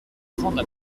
grande